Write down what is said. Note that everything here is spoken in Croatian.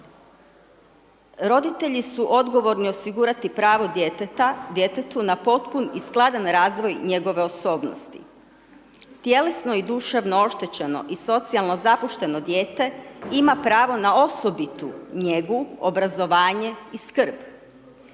roditelji su odgovorni osigurati pravo djetetu na potpun i skladan razvoj njegove osobnosti. Tjelesno i duševno oštećeno i socijalno zapušteno dijete ima pravo na osobitu njegu, obrazovanje i skrb.